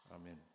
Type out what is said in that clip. Amen